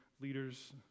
leaders